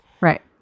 Right